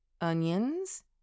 onions